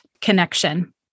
connection